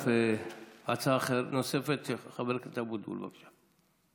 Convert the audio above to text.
הצעה נוספת של חבר הכנסת אבוטבול, בבקשה.